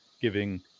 giving